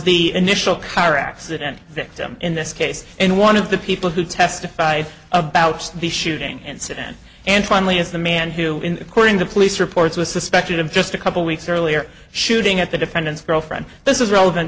the initial car accident victim in this case and one of the people who testified about the shooting incident and finally as the man who in according to police reports was suspected of just a couple weeks earlier shooting at the defendant's girlfriend this is relevant